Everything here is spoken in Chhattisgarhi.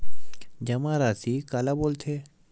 जमा राशि काला बोलथे?